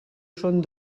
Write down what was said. són